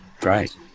Great